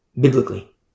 Biblically